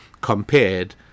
compared